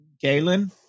Galen